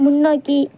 முன்னோக்கி